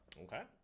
Okay